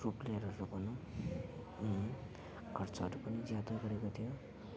pro प्लेयरहरू भनौँ खर्चहरू पनि ज्यादा गरेको थियो